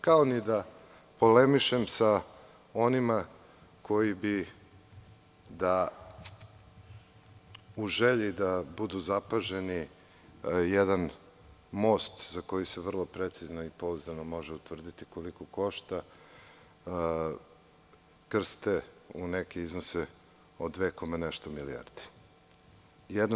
Kao ni da polemišem sa onima koji bi da, u želji da budu zapaženi, jedan most za koji se vrlo precizno i pouzdano može utvrditi koliko košta, krste u neke iznose od dve i nešto milijaredi.